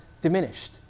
diminished